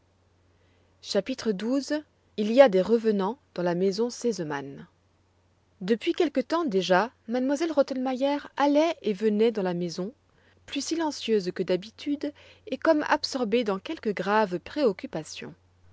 chapitre xii il y a des revenants dans la maison sesemann depuis quelque temps déjà m elle rottenmeier allait et venait dans la maison plus silencieuse que d'habitude et comme absorbée dans quelque grave préoccupation